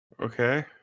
Okay